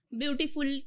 beautiful